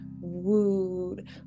wooed